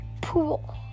pool